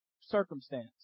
circumstance